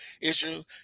issues